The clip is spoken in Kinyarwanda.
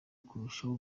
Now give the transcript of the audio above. kurushaho